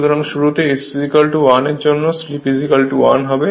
সুতরাং শুরুতে S 1 এর জন্য স্লিপ 1 হবে